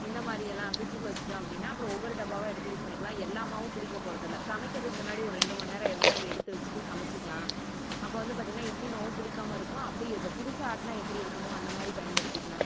இந்த மாதிரியெல்லாம் ஃப்ரிட்ஜுக்குள்ளே வச்சுட்டோம் அப்படின்னா அப்புறம் ஒவ்வொரு டப்பாவா எடுத்து யூஸ் பண்ணிக்கலாம் எல்லா மாவும் புளிக்க போகிறது இல்லை சமைக்கிறதுக்கு முன்னாடி ஒரு ரெண்டு மணி நேரம் முன்னாடி எடுத்து வச்சுட்டு சமைச்சுக்கிலாம் அப்போ வந்து பார்த்திங்கன்னா இட்லி மாவும் புளிக்காமல் இருக்கும் அப்போயே இப்போ புதுசாக ஆட்டினா எப்படி இருக்குமோ அந்த மாதிரி பயன்படுத்திக்கலாம்